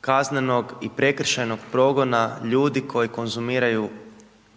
kaznenog i prekršajnog progona ljudi koji konzumiraju